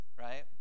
right